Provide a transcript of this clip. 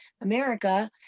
America